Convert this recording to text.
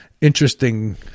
interesting